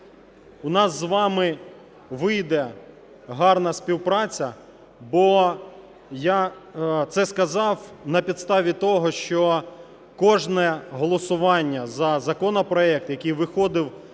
у нас з вами вийде гарна співпраця, бо я це сказав на підставі того, що кожне голосування за законопроект, який виходив